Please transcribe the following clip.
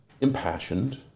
impassioned